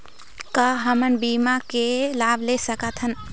का हमन बीमा के लाभ ले सकथन?